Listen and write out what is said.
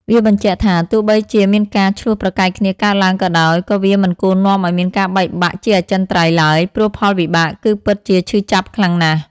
វាបញ្ជាក់ថា ទោះបីជាមានការឈ្លោះប្រកែកគ្នាកើតឡើងក៏ដោយ ក៏វាមិនគួរនាំឲ្យមានការបែកបាក់ជាអចិន្ត្រៃយ៍ឡើយ ព្រោះផលវិបាកគឺពិតជាឈឺចាប់ខ្លាំងណាស់។